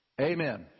Amen